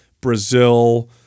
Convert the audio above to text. Brazil